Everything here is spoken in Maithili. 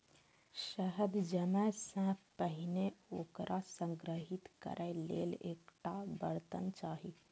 शहद जमै सं पहिने ओकरा संग्रहीत करै लेल एकटा बर्तन चाही